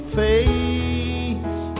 face